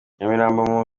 nyamirambo